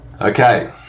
Okay